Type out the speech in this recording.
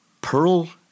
Pearl